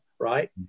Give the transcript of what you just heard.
right